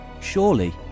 surely